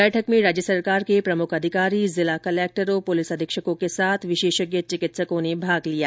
बैठक में राज्य सरकार के प्रमुख अधिकारी जिला कलेक्टरों पुलिस अधीक्षकों के साथ विशेषज्ञ चिकित्सकों ने भाग लिया